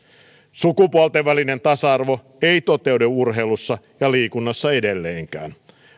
sukupuolten välinen tasa arvo ei toteudu urheilussa ja liikunnassa edelleenkään